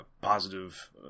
Positive